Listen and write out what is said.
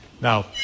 Now